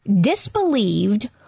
disbelieved